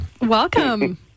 Welcome